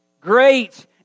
great